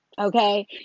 Okay